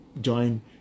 join